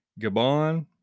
Gabon